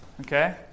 okay